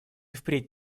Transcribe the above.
впредь